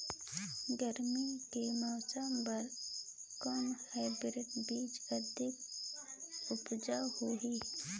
गरमी के मौसम बर कौन हाईब्रिड बीजा अधिक उपज होही?